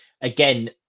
Again